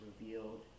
revealed